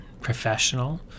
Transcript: professional